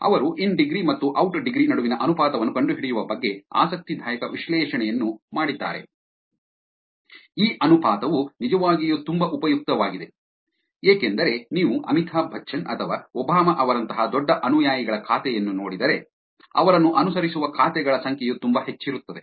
ಅವರು in degree ಮತ್ತು out degree ನಡುವಿನ ಅನುಪಾತವನ್ನು ಕಂಡುಹಿಡಿಯುವ ಬಗ್ಗೆ ಆಸಕ್ತಿದಾಯಕ ವಿಶ್ಲೇಷಣೆಯನ್ನು ಮಾಡಿದ್ದಾರೆ ಈ ಅನುಪಾತವು ನಿಜವಾಗಿಯೂ ತುಂಬಾ ಉಪಯುಕ್ತವಾಗಿದೆ ಏಕೆಂದರೆ ನೀವು ಅಮಿತಾಬ್ ಬಚ್ಚನ್ ಅಥವಾ ಒಬಾಮಾ ಅವರಂತಹ ದೊಡ್ಡ ಅನುಯಾಯಿಗಳ ಖಾತೆಯನ್ನು ನೋಡಿದರೆ ಅವರನ್ನು ಅನುಸರಿಸುವ ಖಾತೆಗಳ ಸಂಖ್ಯೆಯು ತುಂಬಾ ಹೆಚ್ಚಿರುತ್ತದೆ